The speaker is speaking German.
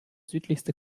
südlichste